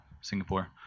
Singapore